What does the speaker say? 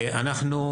אנחנו,